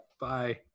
Bye